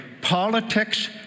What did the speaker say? politics